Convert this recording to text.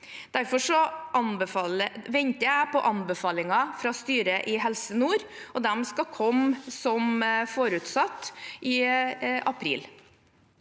Derfor venter jeg på anbefalingen fra styret i Helse nord, og den skal komme som forutsatt i april.